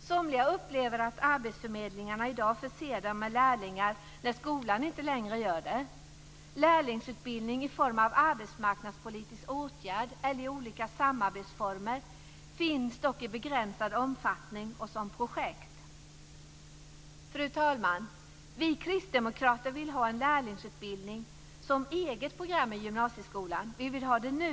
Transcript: Somliga upplever att arbetsförmedlingarna i dag förser dem med lärlingar när skolan inte längre gör det. Lärlingsutbildning i form av arbetsmarknadspolitisk åtgärd eller i olika samarbetsformer finns dock i begränsad omfattning och som projekt. Fru talman! Vi kristdemokrater vill ha en lärlingsutbildning som eget program i gymnasieskolan. Vi vill ha det nu!